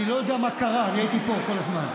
אני לא יודע מה קרה, אני הייתי פה כל הזמן.